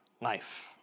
life